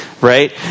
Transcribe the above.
right